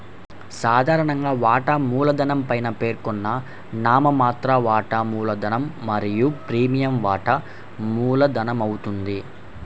సాధారణంగా, వాటా మూలధనం పైన పేర్కొన్న నామమాత్ర వాటా మూలధనం మరియు ప్రీమియం వాటా మూలధనమవుతుంది